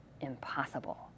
Impossible